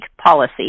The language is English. policy